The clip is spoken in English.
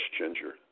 ginger